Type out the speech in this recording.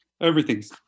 everything's